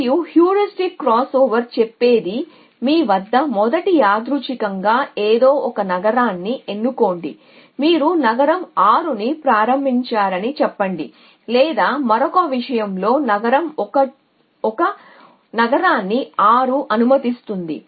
మరియు heuristic crossover చెప్పేది మీ వద్ద మొదట యాదృచ్ఛికంగా ఏదో ఒక నగరాన్ని ఎన్నుకోండి కాబట్టి మీరు నగరం 6 ను ప్రారంభించారని చెప్పండి లేదా మరొక విషయం లో నగరం 1 ఒక నగరాన్ని 6 అనుమతిస్తుంది